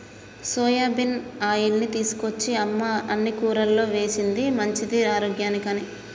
soybean ఆయిల్ని తీసుకొచ్చి అమ్మ అన్ని కూరల్లో వేశింది మంచిది ఆరోగ్యానికి అని